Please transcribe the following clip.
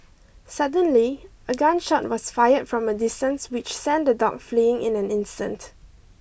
suddenly a gun shot was fired from a distance which sent the dog fleeing in an instant